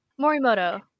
Morimoto